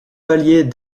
palier